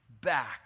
back